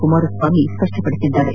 Kumaraswamy ಸ್ಪಷ್ಪಪಡಿಸಿದ್ದಾರೆ